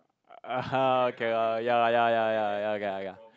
[aha] cannot okay lor ya lah ya lah ya lah ya lah okay lah okay lah